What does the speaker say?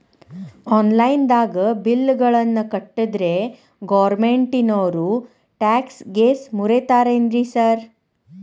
Online ದಾಗ bill ಗಳನ್ನಾ ಕಟ್ಟದ್ರೆ ಗೋರ್ಮೆಂಟಿನೋರ್ ಟ್ಯಾಕ್ಸ್ ಗೇಸ್ ಮುರೇತಾರೆನ್ರಿ ಸಾರ್?